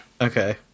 Okay